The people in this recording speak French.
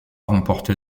remporté